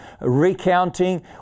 recounting